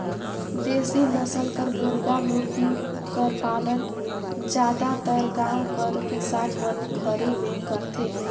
देसी नसल कर मुरगा मुरगी कर पालन जादातर गाँव कर किसान मन घरे में करथे